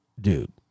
Dude